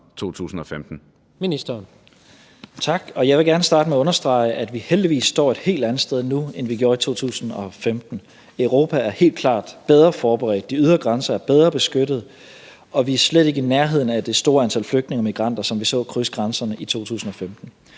Tesfaye): Tak. Jeg vil gerne starte med at understrege, at vi heldigvis står et helt andet sted nu, end vi gjorde i 2015. Europa er helt klart bedre forberedt, de ydre grænser er bedre beskyttet, og vi er slet ikke i nærheden af det store antal flygtninge og migranter, som vi så krydse grænserne i 2015.